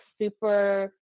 super